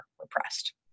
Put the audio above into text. repressed